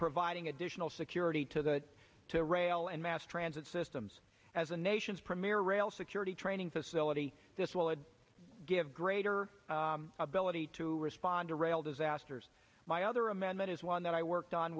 providing additional security to the to rail and mass transit systems as a nation's premier rail security training facility this would give greater ability to respond to rail disasters by other amendment is one that i worked on